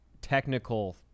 technical